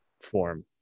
form